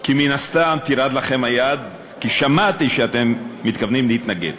כי מן הסתם תרעד לכם היד כי שמעתי שאתם מתכוונים להתנגד.